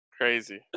crazy